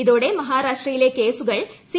ഇതോടെ മഹാരാഷ്ട്രയിലെ ക്ഷേസുകൾ സി